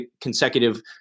consecutive